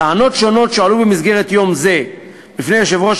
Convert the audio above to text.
טענות שונות שהועלו במסגרת יום זה בפני יושבת-ראש